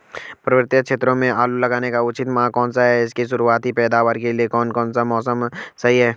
पर्वतीय क्षेत्रों में आलू लगाने का उचित माह कौन सा है इसकी शुरुआती पैदावार के लिए कौन सा मौसम सही है?